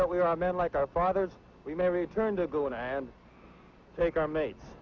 that we are men like our fathers we may return to go in and take our mates